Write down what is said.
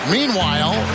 Meanwhile